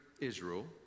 Israel